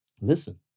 listen